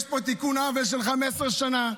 יש פה תיקון עוול של 15 שנה.